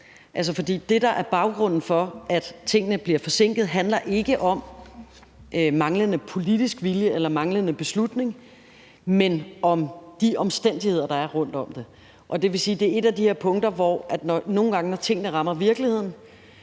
det. For det, der er baggrunden for, at tingene bliver forsinkede, handler ikke om manglende politisk vilje eller manglende beslutningstagen, men om de omstændigheder, der er rundt om det. Det vil sige, at det er et af de her punkter, hvor der, nogle gange når tingene rammer virkeligheden,